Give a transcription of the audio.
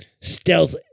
stealth